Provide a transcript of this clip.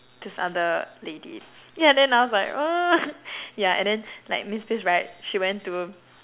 this other lady yeah then I was like yeah and then like miss pris right she went to